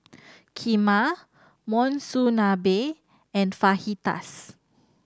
Kheema Monsunabe and Fajitas